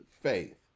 faith